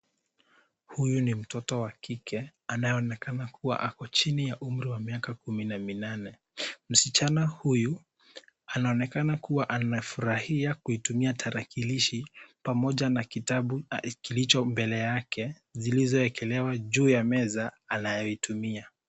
Huyu ni mtoto anayeonekana ako chini ya umri wa miaka kumi na minane. Msichana huyu anaonekana kuwa anafurahia kuitumia tarakilishi pamoja na kitabu kilicho mbele yake zilizowekelewa juu ya meza anayoitumia.